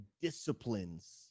disciplines